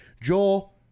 Joel